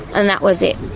and that was it.